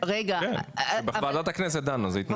כן, כשוועדת הכנסת דנה הוא התנגד.